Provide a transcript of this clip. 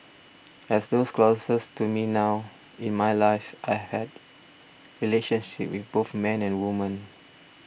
as those closest to me know in my lives I had relationships with both men and women